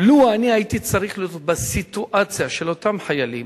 לו הייתי צריך להיות בסיטואציה של אותם חיילים,